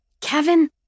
Kevin